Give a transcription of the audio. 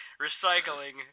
Recycling